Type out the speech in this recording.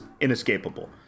inescapable